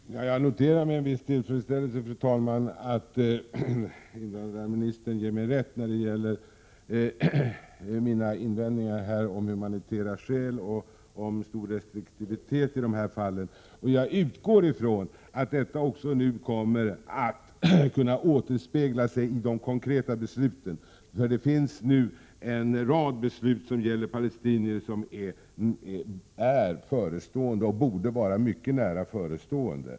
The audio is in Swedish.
Fru talman! Jag noterar med en viss tillfredsställelse att invandrarministern ger mig rätt när det gäller mina invändningar om humanitära skäl och stor restriktivitet i dessa fall. Jag utgår ifrån att detta nu också kommer att återspegla sig i de konkreta besluten. Det finns nu när det gäller palestinier en rad beslut som är eller borde vara mycket nära förestående.